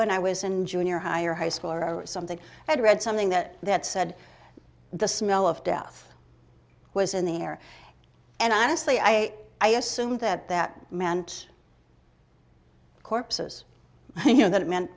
when i was in junior high or high school or something i had read something that that said the smell of death was in the air and honestly i i assumed that that meant corpses you know that meant